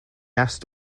asked